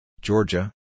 Georgia